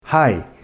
Hi